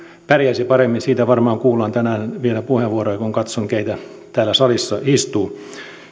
pärjäisi paremmin siitä varmaan kuullaan tänään vielä puheenvuoroja kun katson keitä täällä salissa istuu